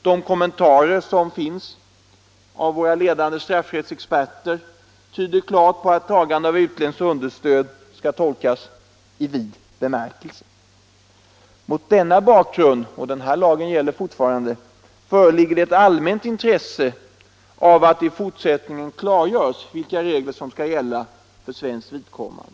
De kommentarer som finns av våra ledande straffrättsexperter tyder klart på att tagande av utländskt understöd skall tolkas i vid bemärkelse. Mot denna bakgrund — och den här lagen gäller fortfarande — föreligger det ett allmänt intresse av att det i fortsättningen klargörs vilka regler som skall gälla för svenskt vidkommande.